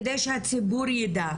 כדי שהציבור יידע.